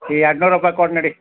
ಎರಡು ನೂರ ರೂಪಾಯಿ ಕೊಡು ನಡಿ